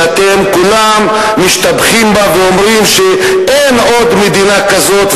שאתם כולם משתבחים בה ואומרים שאין עוד מדינה כזאת,